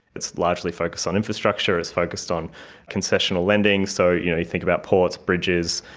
it's largely focused on infrastructure, it's focused on concessional lending, so you know you think about ports, bridges,